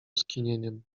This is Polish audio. skinieniem